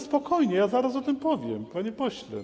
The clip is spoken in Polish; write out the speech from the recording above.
Spokojnie, zaraz o tym powiem, panie pośle.